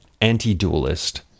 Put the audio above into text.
anti-dualist